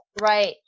right